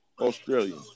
Australian